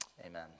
Amen